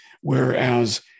Whereas